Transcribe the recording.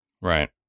Right